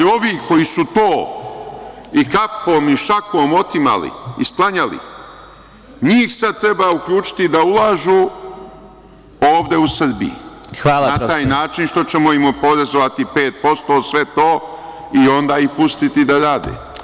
Ali, ovi koji su to i kapom i šakom otimali i sklanjali, njih sada treba uključiti da ulažu ovde u Srbiji na taj način što ćemo im oporezovati 5% sve to i onda ih pustiti da rade.